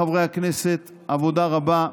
חברי הכנסת, עבודה רבה.